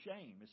shame